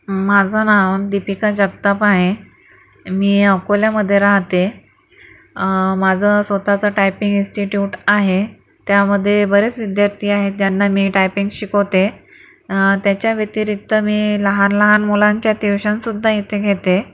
माझं नाव दीपिका जगताप आहे मी अकोल्यामध्ये राहते माझं स्वत चं टायपिंग इंस्टिट्यूट आहे त्यामध्ये बरेच विद्यार्थी आहेत त्यांना मी टायपिंग शिकवते त्याच्याव्यतिरिक्त मी लहान लहान मुलांच्या ट्यूशनसुद्धा इथे घेते